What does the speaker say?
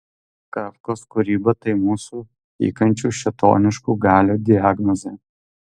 kafkos kūryba tai mūsų tykančių šėtoniškų galių diagnozė